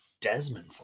Desmond